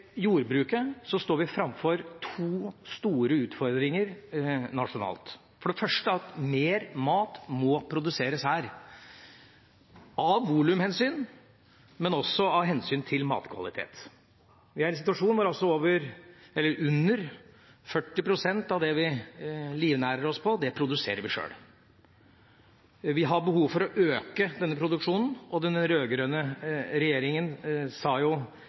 jordbruket, står vi framfor to store utfordringer nasjonalt: For det første at mer mat må produseres her – av volumhensyn, men også av hensyn til matkvalitet. Vi er i en situasjon hvor altså under 40 pst. av det vi livnærer oss på, produserer vi sjøl. Vi har behov for å øke denne produksjonen, og den rød-grønne regjeringa sa